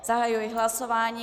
Zahajuji hlasování.